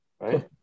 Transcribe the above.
right